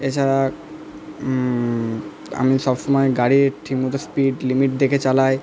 এছাড়া আমি সবসময় গড়ির ঠিক মতো স্পিড লিমিট দেখে চালাই